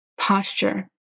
posture